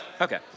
Okay